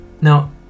Now